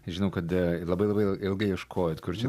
žinau kad labai labai ilgai ieškojot kur čia